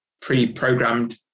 pre-programmed